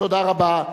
תודה רבה.